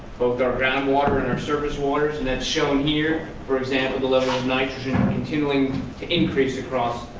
both our groundwater and our service waters. and that's shown here, for example the level of nitrogen continuing to increase across